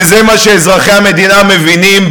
וזה מה שאזרחי המדינה מבינים,